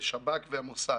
לגבי שב"כ ולגבי מוסד.